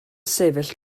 sefyll